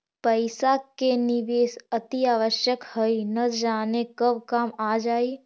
पइसा के निवेश अतिआवश्यक हइ, न जाने कब काम आ जाइ